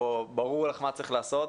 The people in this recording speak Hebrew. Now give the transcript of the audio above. כאן ברור מה צריך לעשות.